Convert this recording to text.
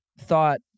thought